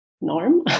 norm